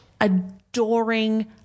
adoring